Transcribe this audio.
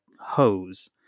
hose